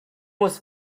was